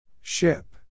Ship